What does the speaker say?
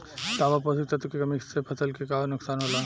तांबा पोषक तत्व के कमी से फसल के का नुकसान होला?